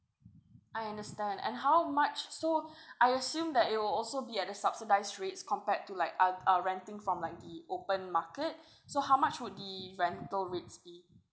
I understand and how much so I assume that it will also be at a subsidised rates compared to like oth~ uh renting from like the open market so how much would the rental rates be